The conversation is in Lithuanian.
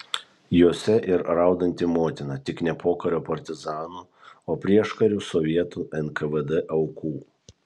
jose ir raudanti motina tik ne pokario partizanų o prieškariu sovietų nkvd aukų